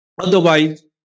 Otherwise